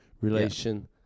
Relation